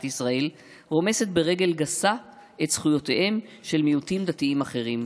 ישראל רומסת ברגל גסה את זכויותיהם של מיעוטים דתיים אחרים?